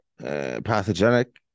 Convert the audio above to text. Pathogenic